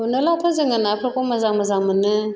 गुरनोलाआथ' जोङो नाफोरखौ मोजां मोजां मोनो